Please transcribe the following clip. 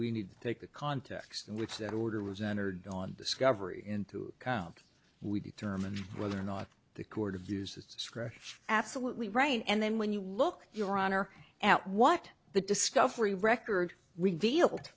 we need to take the context in which that order was entered on discovery in two count we determine whether or not the court of use is scratched absolutely right and then when you look your honor at what the discovery record revealed